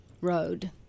road